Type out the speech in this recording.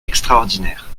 extraordinaire